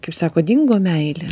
kaip sako dingo meilė